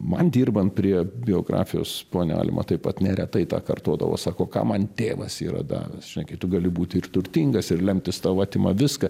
man dirbant prie biografijos ponia alma taip pat neretai tą kartodavo sako ką man tėvas yra davęs žinai kai tu gali būti ir turtingas ir lemtis tau atima viską